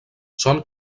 són